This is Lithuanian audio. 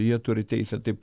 jie turi teisę taip